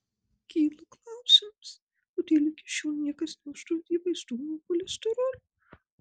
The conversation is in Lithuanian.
kyla klausimas kodėl iki šiol niekas neuždraudė vaistų nuo cholesterolio